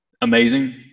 Amazing